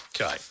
Okay